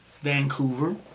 Vancouver